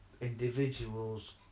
individuals